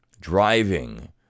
driving